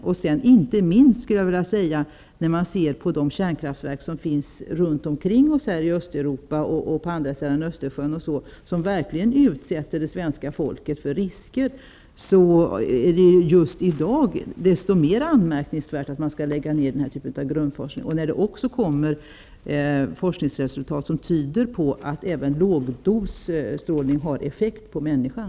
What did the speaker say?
Detta är inte minst viktigt med tanke på de kärnkraftverk som finns runt omkring oss i Östeuropa och på andra sidan Östersjön, vilka verkligen utsätter det svenska folket för risker. Därför är det just i dag desto mer anmärkningsvärt att man skall lägga ned den här typen av grundforskning. Det kommer ju nu forskningsresultat som tyder på att även lågdosstrålning har effekt på människan.